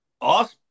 Awesome